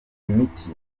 imiti